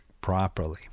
properly